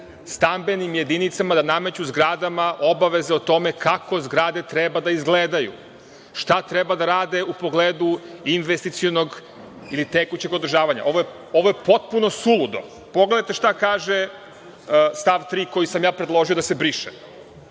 stambenim jedinicama, da nameću zgradama, obaveze o tome kako zgrade treba da izgledaju, šta treba da rade u pogledu investicionog ili tekućeg održavanja. Ovo je potpuno suludo. Pogledajte šta kaže stav 3. koji sam ja predložio da se briše